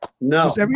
no